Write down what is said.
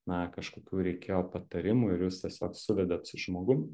na kažkokių reikėjo patarimų ir jūs tiesiog suvedėt su žmogum